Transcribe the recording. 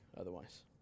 otherwise